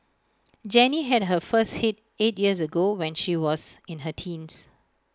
Jenny had her first hit eight years ago when she was in her teens